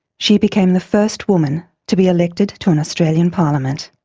she became the first woman to be elected to an australian parliament.